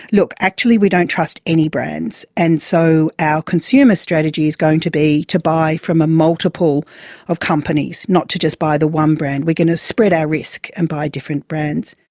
look, actually we don't trust any brands and so our consumer strategy is going to be to buy from a multiple of companies, not to just buy the one brand. we're going to spread our risk and buy different brands.